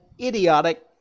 idiotic